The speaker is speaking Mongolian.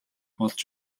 болж